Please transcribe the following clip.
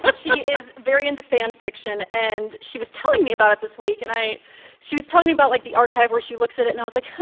but she is very into fan fiction. and she was telling me about it this week. and i she was telling you about, like, the archive or she looks at it. and i was like,